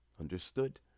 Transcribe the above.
Understood